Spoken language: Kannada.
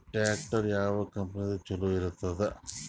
ಟ್ಟ್ರ್ಯಾಕ್ಟರ್ ಯಾವ ಕಂಪನಿದು ಚಲೋ ಇರತದ?